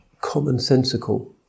commonsensical